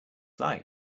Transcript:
like